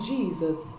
Jesus